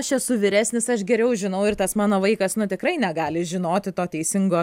aš esu vyresnis aš geriau žinau ir tas mano vaikas nu tikrai negali žinoti to teisingo